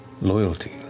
loyalty